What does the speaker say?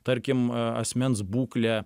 tarkim asmens būklė